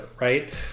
right